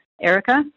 Erica